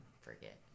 forget